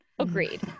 Agreed